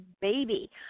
baby